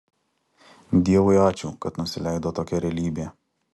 dievui ačiū kad nusileido tokia realybė